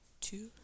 two